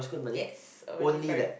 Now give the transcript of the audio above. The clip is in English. yes only If I